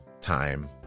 time